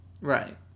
Right